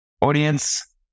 audience